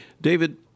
David